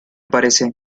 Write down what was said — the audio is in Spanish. parece